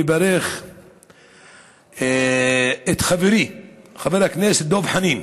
ולברך את חברי חבר הכנסת דב חנין,